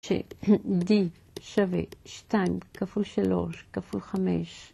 ש-d שווה 2 כפול 3 כפול 5